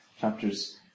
Chapters